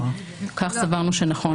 כך סברנו שנכון לעשות.